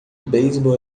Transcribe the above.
beisebol